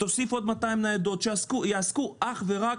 תוסיף עוד 200 ניידות שיעסקו אך ורק